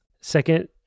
second